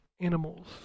animals